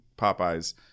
Popeye's